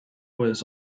was